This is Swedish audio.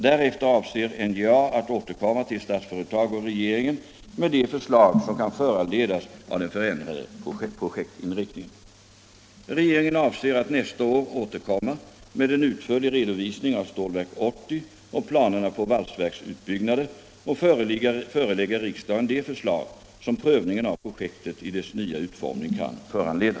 Därefter avser NJA att återkomma till Statsföretag och regeringen med de förslag som kan föranledas av den förändrade projektinriktningen. Regeringen avser att nästa år återkomma med en utförlig redovisning av Stålverk 80 och planerna på valsverksutbyggnader och förelägga riksdagen de förslag som prövningen av projektet i dess nya utformning kan föranleda.